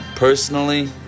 Personally